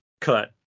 cut